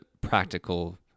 practical